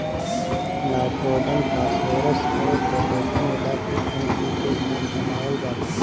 nitrogen, phosphorus अउर potassium मिला के एन.पी.के खाद बनावल जाला